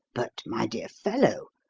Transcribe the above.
but, my dear fellow,